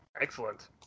Excellent